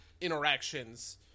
interactions